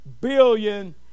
billion